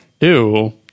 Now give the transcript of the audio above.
ew